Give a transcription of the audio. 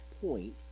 point